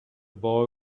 boy